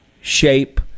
shape